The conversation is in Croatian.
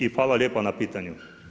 I hvala lijepo na pitanju.